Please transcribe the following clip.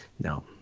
no